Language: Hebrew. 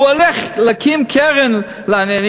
הוא הולך להקים קרן לעניים